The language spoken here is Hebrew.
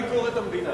ועדת ביקורת המדינה.